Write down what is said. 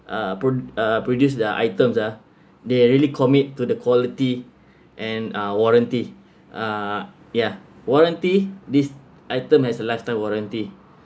uh pro~ uh produce the items ah they really commit to the quality and uh warranty uh ya warranty this item has a lifetime warranty